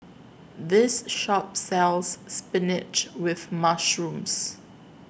This Shop sells Spinach with Mushroom